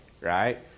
right